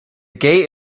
gate